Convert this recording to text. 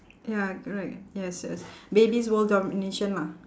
ya correct yes yes babies world domination lah